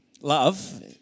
love